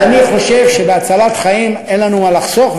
אני חושב שבהצלת חיים אל לנו לחסוך,